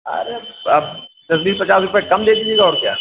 अरे अब दस बीस पचास रुपये कम दे दीजिएगा और क्या